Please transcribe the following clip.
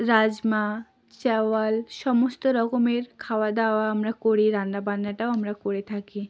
রাজমা চাওয়াল সমস্ত রকমের খাওয়া দাওয়া আমরা করি রান্না বান্নাটাও আমরা করে থাকি